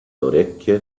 orecchie